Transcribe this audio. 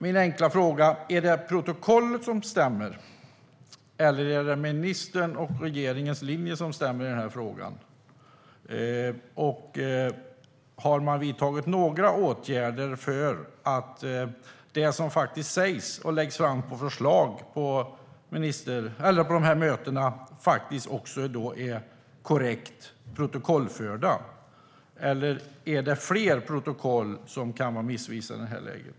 Min enkla fråga är alltså: Är det protokollet som stämmer, eller är det ministerns och regeringens linje som stämmer i denna fråga? Har man vidtagit några åtgärder för att det som sägs och de förslag som läggs fram på mötena protokollförs korrekt? Är det fler protokoll som kan vara missvisande i det här läget?